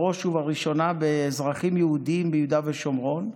ובראש ובראשונה באזרחים יהודים ביהודה ושומרון,